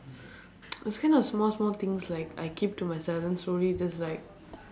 those kind of small small things like I keep to myself then slowly just like